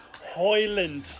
Hoyland